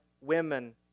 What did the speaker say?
women